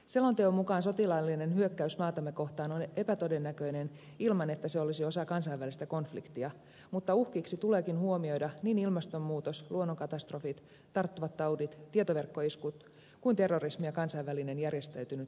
selonteon mukaan sotilaallinen hyökkäys maatamme kohtaan ilman että se olisi osa kansainvälistä konfliktia on epätodennäköinen mutta uhkina tuleekin huomioida niin ilmastonmuutos luonnonkatastrofit tarttuvat taudit tietoverkkoiskut kuin terrorismi ja kansainvälinen järjestäytynyt rikollisuuskin